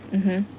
mmhmm